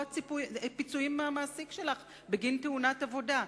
פיצויים מהמעסיק שלך בגין תאונת עבודה.